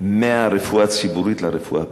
מהרפואה הציבורית לרפואה הפרטית.